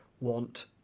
want